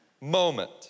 moment